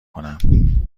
کنم